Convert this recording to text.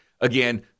again